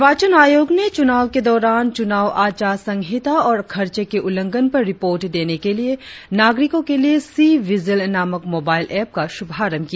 निर्वाचन अयोग ने चूनाव के दौरान चूनाव आचार संहिता और खर्चे के उल्लंघन पर रिपोर्ट देने के लिए नागरिकों के लिए सी विजिल नामक मोबाईल एप का शुभारंभ किया